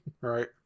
Right